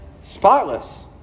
spotless